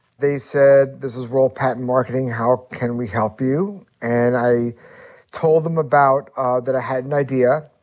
they said, this is world patent marketing. how can we help you? and i told them about ah that i had an idea.